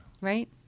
Right